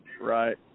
Right